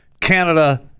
Canada